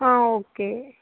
ஆ okay